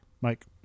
Mike